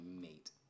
mate